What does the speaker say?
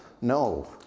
No